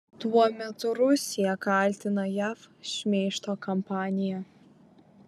tuo metu rusija kaltina jav šmeižto kampanija